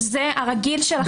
שזה הרגיל שלכם.